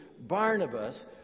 Barnabas